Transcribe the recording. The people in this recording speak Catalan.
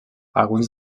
alguns